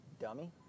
dummy